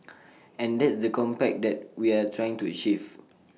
and that's the compact that we are trying to achieve